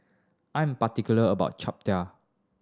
I'm particular about